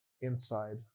inside